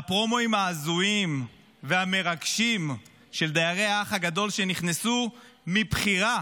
והפרומואים ההזויים והמרגשים של דיירי האח הגדול שנכנסו מבחירה